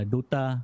Dota